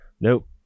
Nope